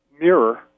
mirror